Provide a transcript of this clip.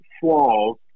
flaws